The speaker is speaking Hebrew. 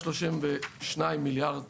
132 מיליארד שקלים,